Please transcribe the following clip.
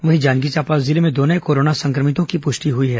वहीं जांजगीर चांपा जिले में दो नये कोरोना संक्रमितों की पुष्टि हुई है